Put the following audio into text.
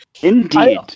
Indeed